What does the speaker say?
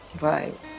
Right